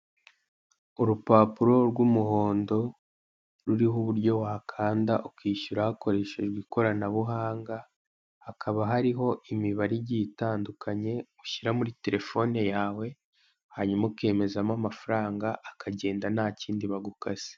Urupapuro rw'umuhondo ruriho uburyo wakanda ukishyura hakoreshejwe ikoranabuhanga hakaba hariho imibare igiya itandukanye ushyira muri terefone yawe hanyuma ukemezamo amafaranga akagenda ntakindi bagukase.